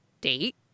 date